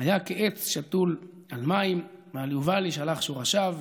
'והיה כעץ שתול על מים ועל יובל ישלח שרשיו,